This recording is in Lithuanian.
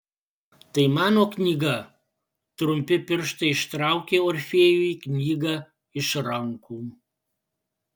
tai mano knyga trumpi pirštai ištraukė orfėjui knygą iš rankų